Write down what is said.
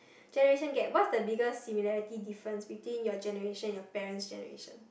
generation gap what's the biggest similarity difference between your generation and your parents' generation